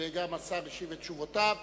וגם השר השיב את תשובותיו.